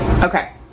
Okay